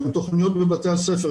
עם תוכניות בבתי הספר,